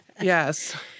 Yes